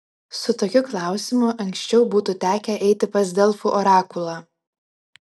su tokiu klausimu anksčiau būtų tekę eiti pas delfų orakulą